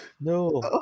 No